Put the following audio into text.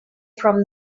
from